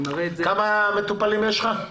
כמה מטופלים יש לך?